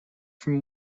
from